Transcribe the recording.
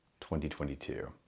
2022